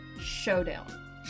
showdown